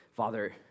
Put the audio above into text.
Father